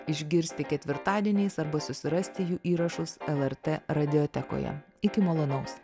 išgirsti ketvirtadieniais arba susirasti jų įrašus lrt radijotekoje iki malonaus